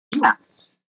yes